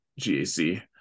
GAC